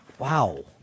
Wow